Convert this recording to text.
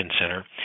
Center